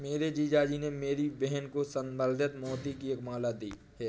मेरे जीजा जी ने मेरी बहन को संवर्धित मोती की एक माला दी है